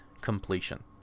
completion